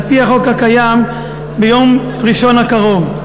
על-פי החוק הקיים, ביום ראשון הקרוב.